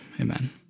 Amen